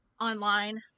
online